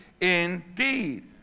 indeed